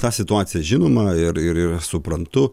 ta situacija žinoma ir ir suprantu